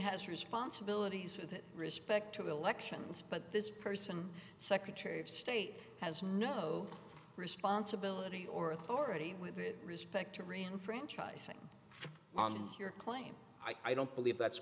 has responsibilities with respect to elections but this person secretary of state has no responsibility or authority with respect to remain franchising on your claim i don't believe that's